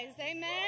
Amen